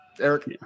Eric